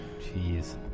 Jeez